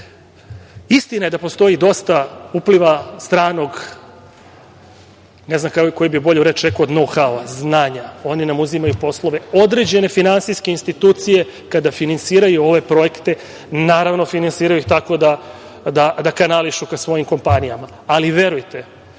je da postoji dosta upliva stranog, ne znam koju bih bolju reč rekao od „know how“, znanja. Oni nam uzimaju poslove, određene finansijske institucije kada finansiraju ove projekte, naravno, finansiraju ih tako da kanališu ka svojim kompanijama. Ali, verujte